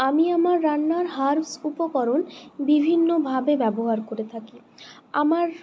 আমি আমার রান্নার হার্বস উপকরণ বিভিন্নভাবে ব্যবহার করে থাকি আমার